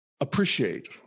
appreciate